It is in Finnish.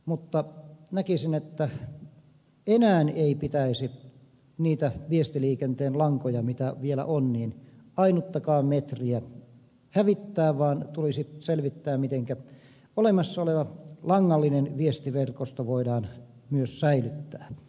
mutta näkisin että enää ei pitäisi niitä viestiliikenteen lankoja mitä vielä on ainuttakaan metriä hävittää vaan tulisi selvittää mitenkä olemassa oleva langallinen viestiverkosto voidaan myös säilyttää